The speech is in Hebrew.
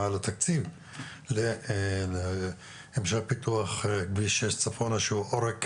על התקציב להמשך פיתוח כביש 6 צפון שהוא עורק